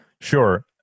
Sure